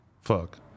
fuck